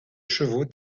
chevaux